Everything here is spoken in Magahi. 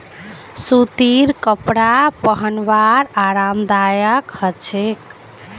सूतीर कपरा पिहनवार आरामदायक ह छेक